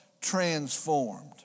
transformed